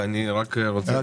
ואני רק רוצה --- תודה,